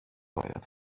باید